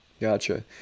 Gotcha